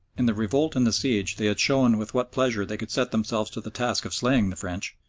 in the revolt and the siege they had shown with what pleasure they could set themselves to the task of slaying the french,